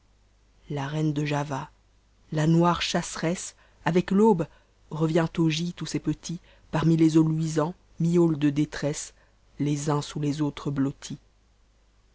la reine de java la noire chasseresse avec l'aube revient ao gîte où ses petits parmi les os luisants miaulent de détresse les uns soiis les autres nottis